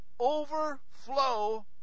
overflow